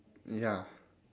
ya